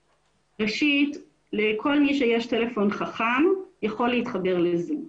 ראשית, כל מי שיש טלפון חכם, יכול להתחבר ל-זום.